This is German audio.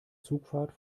zugfahrt